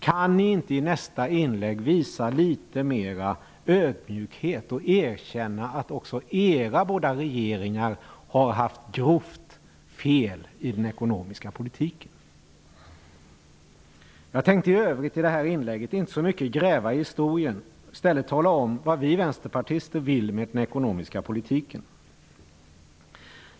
Kan ni inte i era nästa inlägg visa litet mer ödmjukhet och erkänna att också era båda regeringar har haft grovt fel i den ekonomiska politiken? Jag tänkte i övrigt i det här inlägget inte så mycket gräva i historien utan i stället tala om vad vi vänsterpartister vill med den ekonomiska politiken.